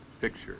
picture